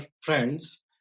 friends